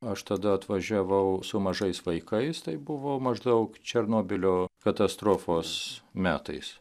aš tada atvažiavau su mažais vaikais tai buvo maždaug černobylio katastrofos metais